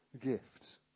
gift